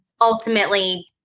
ultimately